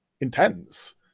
intense